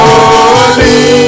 Holy